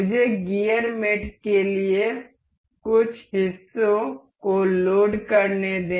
मुझे gear mate के लिए कुछ हिस्सों को लोड करने दें